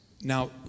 Now